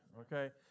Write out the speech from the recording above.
Okay